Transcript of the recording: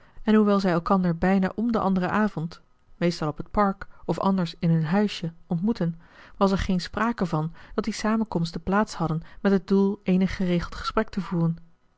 en hoewel zij elkander bijna om den anderen avond meestal op het park of anders in hun huisje ontmoetten was er geen sprake van dat die samenkomsten plaats hadden met het doel eenig geregeld gesprek te voeren